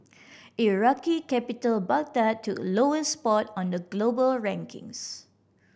Iraqi capital Baghdad took lowest spot on the global rankings